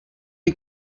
die